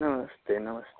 नमस्ते नमस्ते